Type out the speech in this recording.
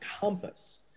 Compass